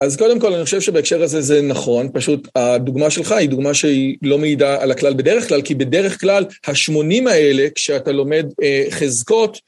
אז קודם כל אני חושב שבהקשר הזה זה נכון, פשוט הדוגמה שלך היא דוגמה שהיא לא מעידה על הכלל בדרך כלל, כי בדרך כלל השמונים האלה, כשאתה לומד חזקות,